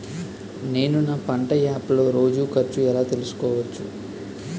నేను నా పంట యాప్ లో రోజు ఖర్చు ఎలా తెల్సుకోవచ్చు?